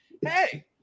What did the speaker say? Hey